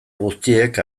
guztiek